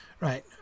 Right